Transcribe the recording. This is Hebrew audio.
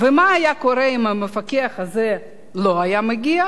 ומה היה קורה אם המפקח הזה לא היה מגיע?